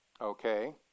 Okay